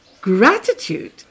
gratitude